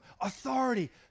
authority